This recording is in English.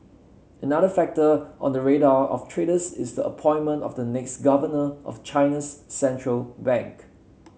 another factor on the radar of traders is the appointment of the next governor of China's central bank